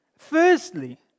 Firstly